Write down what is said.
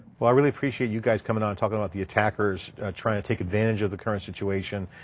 well, i really appreciate you guys coming on and talking about the attackers trying to take advantage of the current situation.